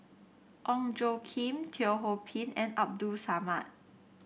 Ong Tjoe Kim Teo Ho Pin and Abdul Samad